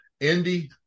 Indy